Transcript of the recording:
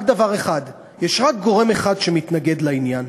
רק דבר אחד, יש רק גורם אחד שמתנגד לעניין: